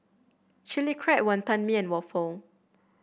Chili Crab Wantan Mee and waffle